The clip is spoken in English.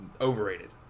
Overrated